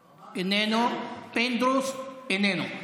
איננו, פינדרוס איננו.